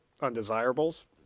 undesirables